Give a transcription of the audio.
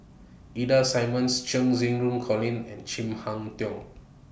Ida Simmons Cheng Xinru Colin and Chin Harn Tong